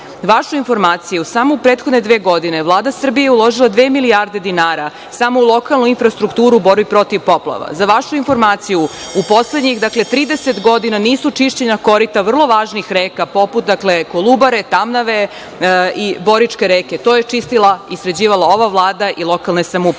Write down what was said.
vašu informaciju, samo u prethodne dve godine Vlada Srbije je uložila dve milijarde dinara samo u lokalnu infrastrukturu u borbi protiv poplava, za vašu informaciju, u poslednjih 30 godina nisu čišćena korita vrlo važnih reka poput Kolubare, Tamnave i Boričke reke, to je čistila i sređivala ova Vlada i lokalne samouprave.